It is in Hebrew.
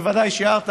בוודאי שיערת,